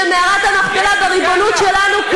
כשמערת המכפלה בריבונות שלנו,